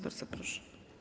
Bardzo proszę.